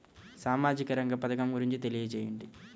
సామాజిక రంగ పథకం గురించి తెలియచేయండి?